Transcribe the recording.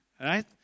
right